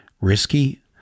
risky